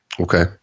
Okay